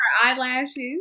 eyelashes